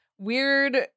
weird